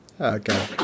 Okay